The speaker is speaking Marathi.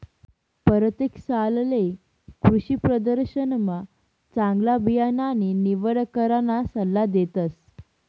परतेक सालले कृषीप्रदर्शनमा चांगला बियाणानी निवड कराना सल्ला देतस